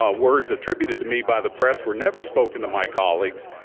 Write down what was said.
ah words attributed to me by the press were never spoken to my colleagues.